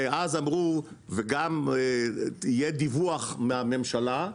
וגם יהיה דיווח מהממשלה,